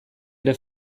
ere